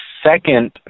Second